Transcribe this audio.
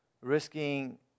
risking